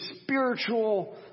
spiritual